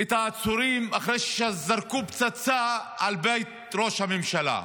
את העצורים אחרי שזרקו פצצה על בית ראש הממשלה.